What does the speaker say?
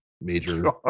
major